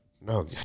no